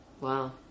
Wow